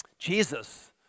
Jesus